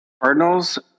Cardinals